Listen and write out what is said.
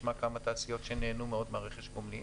נשמע אחר כך כמה תעשיות שנהנו מאוד מרכש הגומלין.